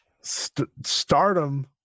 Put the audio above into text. stardom